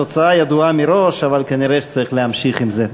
התוצאה ידועה מראש, אבל כנראה צריך להמשיך עם זה.